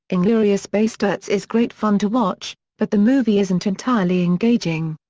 inglourious basterds is great fun to watch, but the movie isn't entirely engaging.